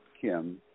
Kim